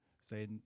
Say